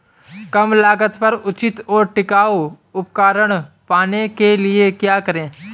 कम लागत पर उचित और टिकाऊ उपकरण पाने के लिए क्या करें?